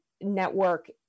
network